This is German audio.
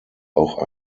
auch